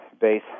base